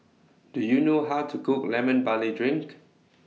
Do YOU know How to Cook Lemon Barley Drink